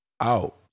out